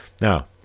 Now